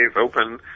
open